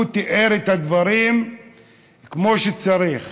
הוא תיאר את הדברים כמו שצריך,